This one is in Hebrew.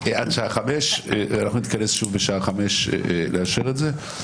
בשעה 17:00 לאשר את זה.